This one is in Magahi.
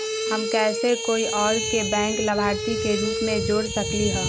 हम कैसे कोई और के बैंक लाभार्थी के रूप में जोर सकली ह?